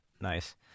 Nice